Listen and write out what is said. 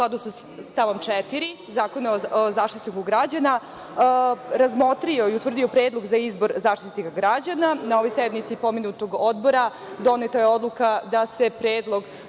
skladu sa stavom 4. Zakona o Zaštitniku građana, razmotrio i utvrdio predlog za izbor Zaštitnika građana. Na ovoj sednici pomenutog odbora doneta je odluka da se predlog